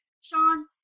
Sean